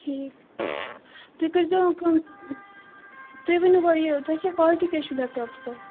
ٹھیٖک تُہۍ کٔرۍ زیٚو کٲم تُہۍ ؤنِو وۅنۍ یہِ تۄہہِ کیٛاہ کالٹی کیٛازِ چھُو لیپٹاپَس تۄہہِ